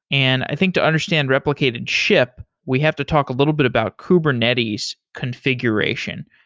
and i think to understand replicated ship, we have to talk a little bit about kubernetes configuration.